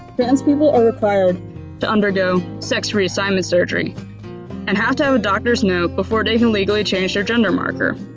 trans people are required to undergo sex reassignment surgey and have to have a doctor's noe before they can legally change their gender marker.